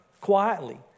quietly